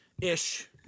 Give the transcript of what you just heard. ish